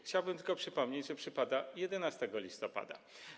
Chciałbym tylko przypomnieć, że przypada 11 listopada.